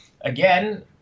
again